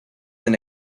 and